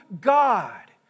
God